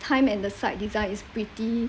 time and the site design is pretty